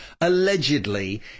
Allegedly